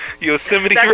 Yosemite